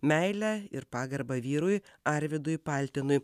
meilę ir pagarbą vyrui arvydui paltinui